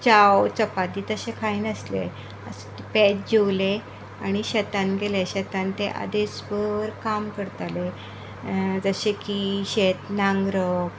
च्याव चपाती तशे खायनासले पॅज जेवले आनी शेतान गेले शेतान ते आदेस भर काम करताले जशे की शेत नांगरप